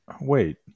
Wait